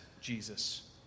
Jesus